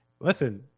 Listen